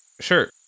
sure